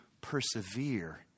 persevere